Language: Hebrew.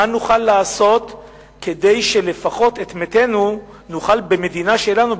מה נוכל לעשות כדי שלפחות את מתינו נוכל במדינה שלנו,